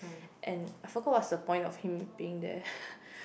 and I forgot what's the point of him being there